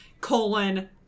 colon